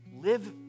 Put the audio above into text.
live